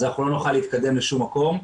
אז אנחנו לא נוכל להתקדם לשום מקום.